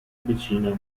piccina